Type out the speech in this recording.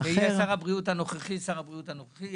יהיה שר הבריאות הנוכחי שר הבריאות הנוכחי,